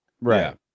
right